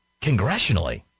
Congressionally